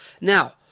Now